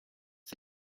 für